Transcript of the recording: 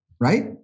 right